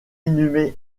inhumé